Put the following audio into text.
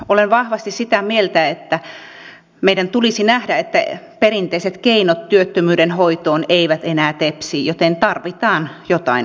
olen vahvasti sitä mieltä että meidän tulisi nähdä että perinteiset keinot työttömyyden hoitoon eivät enää tepsi joten tarvitaan jotain uutta